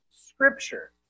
Scripture